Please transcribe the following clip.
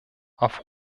auf